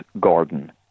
garden